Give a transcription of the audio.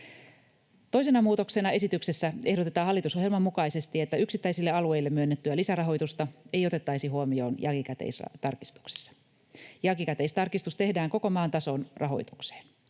Toisena muutoksena esityksessä ehdotetaan hallitusohjelman mukaisesti, että yksittäisille alueille myönnettyä lisärahoitusta ei otettaisi huomioon jälkikäteistarkistuksessa. Jälkikäteistarkistus tehdään koko maan tason rahoitukseen.